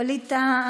ווליד טאהא,